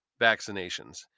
vaccinations